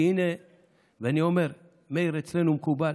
ואני אומר, מאיר, אצלנו מקובל,